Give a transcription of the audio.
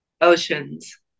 Oceans